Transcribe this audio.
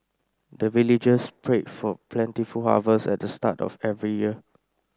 the villagers pray for plentiful harvest at the start of every year